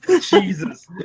Jesus